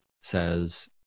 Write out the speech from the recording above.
says